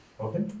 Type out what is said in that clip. Okay